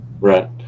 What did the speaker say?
Right